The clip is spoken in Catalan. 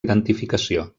identificació